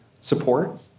support